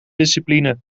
discipline